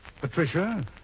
Patricia